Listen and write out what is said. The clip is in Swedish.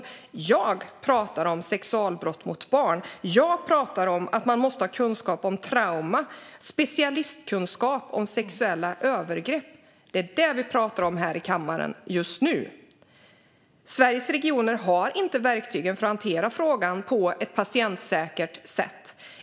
Men jag talar om sexualbrott mot barn och att man måste ha kunskap om trauma och specialistkunskap om sexuella övergrepp. Det är vad vi diskuterar här i kammaren just nu. Sveriges regioner har inte verktyg för att hantera frågan på ett patientsäkert sätt.